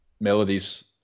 melodies